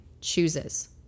chooses